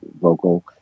vocal